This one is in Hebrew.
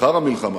אחר המלחמה,